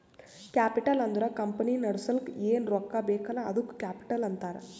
capital ಅಂದುರ್ company ನಡುಸ್ಲಕ್ ಏನ್ ರೊಕ್ಕಾ ಬೇಕಲ್ಲ ಅದ್ದುಕ ಕ್ಯಾಪಿಟಲ್ ಅಂತಾರ್